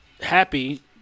happy